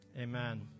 Amen